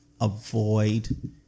avoid